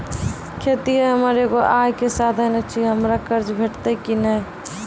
खेतीये हमर एगो आय के साधन ऐछि, हमरा कर्ज भेटतै कि नै?